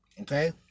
Okay